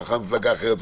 מחר מפלגה אחרת,